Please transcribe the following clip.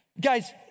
Guys